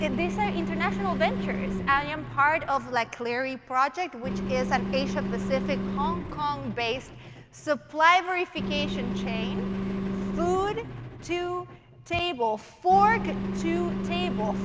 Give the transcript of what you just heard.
and these are international ventures. i am part of like yeah project, which is an asia-pacific, hong kong-based supply verification chain food to table, fork to table,